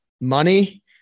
money